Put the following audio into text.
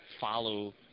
follow